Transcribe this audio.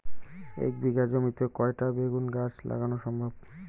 এক বিঘা জমিতে কয়টা বেগুন গাছ লাগানো সম্ভব?